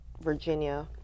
Virginia